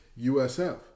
USF